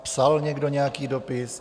Psal někdo nějaký dopis?